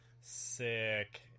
sick